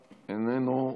איננו.